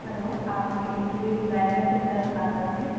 hello आप interior designer Chitra ji बात कर रहीं